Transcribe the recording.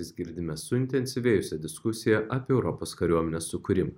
vis girdime suintensyvėjusią diskusiją apie europos kariuomenės sukūrimą